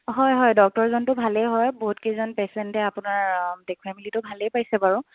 হয় হয় ডক্তৰজনটো ভালেই হয় বহুত কেইজন পেচেণ্টে আপোনাৰ দেখুৱাই মেলিটো ভালেই পাইছে বাৰু